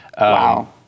Wow